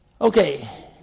Okay